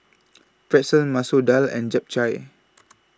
Pretzel Masoor Dal and Japchae